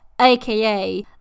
aka